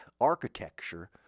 architecture